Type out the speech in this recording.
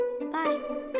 Bye